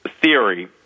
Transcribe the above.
theory